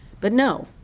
but, no,